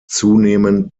zunehmend